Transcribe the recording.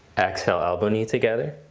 exhale elbow knee together.